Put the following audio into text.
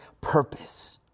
purpose